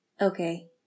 Okay